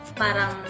parang